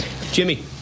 Jimmy